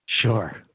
sure